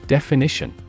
Definition